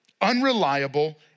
unreliable